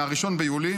מ-1 ביולי.